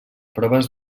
proves